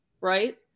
right